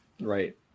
Right